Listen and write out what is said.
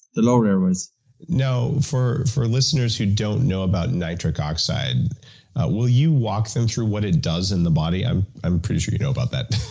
the lower airways now, for for listeners who don't know about nitric oxide will you walk them through what it does in the body? i'm i'm pretty sure you know about that,